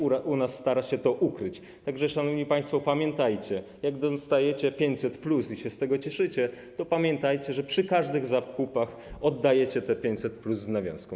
U nas stara się to ukryć, tak że, szanowni państwo, pamiętajcie: jak dostajecie 500+ i się z tego cieszycie, to nie zapominajcie, że przy każdych zakupach oddajecie te 500+ z nawiązką.